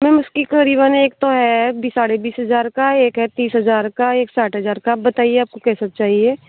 ma'am उसकी करीबन एक तो है बी साढ़े बीस हजार का एक है तीस हजार का एक साठ हजार का बताइए आपको कैसा चाहिए